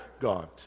God